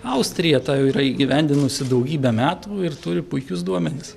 austrija tą jau yra įgyvendinusi daugybę metų ir turi puikius duomenis